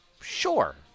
Sure